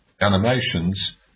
animations